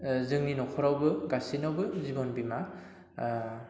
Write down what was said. जोंनि न'खरावबो गासैनावबो जिबन बीमा